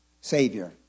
Savior